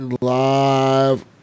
Live